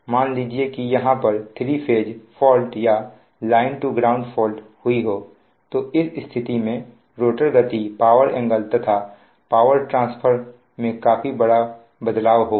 मान लीजिए कि यहां पर थ्री फेज फॉल्ट या लाइन टू ग्राउंड फॉल्ट हुई हो तो उस स्थिति में रोटर गति पावर एंगल तथा पावर ट्रांसफर में काफी बड़ा बदलाव होगा